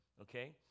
okay